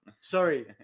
Sorry